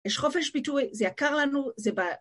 יש חופש ביטוי, זה יקר לנו, זה ב...